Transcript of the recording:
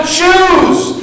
choose